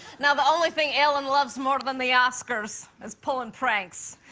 now, the only thing ellen loves more than the oscars is pullin' pranks,